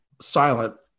silent